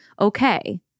okay